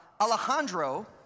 Alejandro